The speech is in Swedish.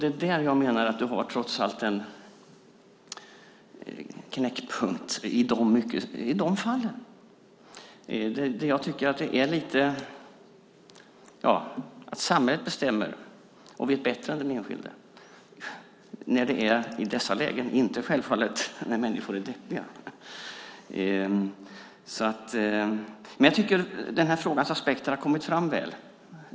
Det är i de fallen jag menar att du trots allt har en knäckpunkt. Samhället bestämmer och vet bättre än den enskilde i dessa lägen, och det handlar självfallet inte om människor som är deppiga. Frågans aspekter har kommit fram väl.